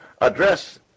address